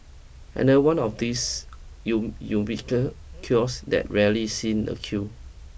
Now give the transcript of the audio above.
and no one of these you kiosks that rarely seen a queue